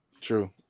True